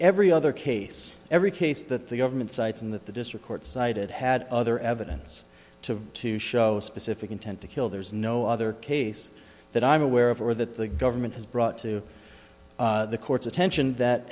every other case every case that the government sites in that the district court cited had other evidence to to show specific intent to kill there is no other case that i'm aware of or that the government has brought to the court's attention that